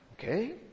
Okay